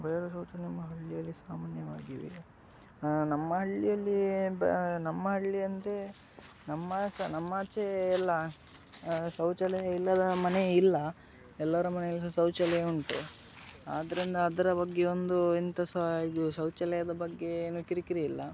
ಬೇರೆ ಶೌಚಾಲಯ ಮಾಡೋದಂಥೇಳಿದ್ರೆ ಸಾಮಾನ್ಯವಾಗಿ ನಮ್ಮ ಹಳ್ಳಿಯಲ್ಲಿ ಬ ನಮ್ಮ ಹಳ್ಳಿ ಅಂದರೆ ನಮ್ಮ ಸಾ ನಮ್ಮಾಚೆ ಎಲ್ಲ ಶೌಚಾಲಯ ಇಲ್ಲದ ಮನೆಯೇ ಇಲ್ಲ ಎಲ್ಲರ ಮನೆಯಲ್ಲೂ ಶೌಚಾಲಯ ಉಂಟು ಆದ್ದರಿಂದ ಅದರ ಬಗ್ಗೆ ಒಂದು ಎಂತ ಸಹಾ ಇದು ಶೌಚಾಲಯದ ಬಗ್ಗೆ ಏನು ಕಿರಿಕಿರಿ ಇಲ್ಲ